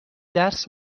درس